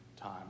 time